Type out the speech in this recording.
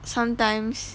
sometimes